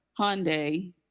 Hyundai